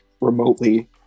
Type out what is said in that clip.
remotely